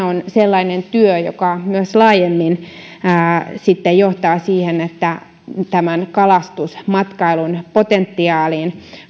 on sellainen työ joka myös laajemmin johtaa siihen että kalastusmatkailun potentiaaliin